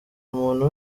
umuntu